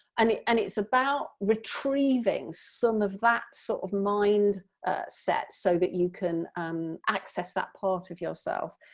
and and it's about retrieving some of that sort of mind set so that you can um access that part of yourself.